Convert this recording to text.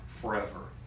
forever